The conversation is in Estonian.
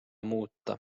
muuta